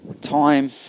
time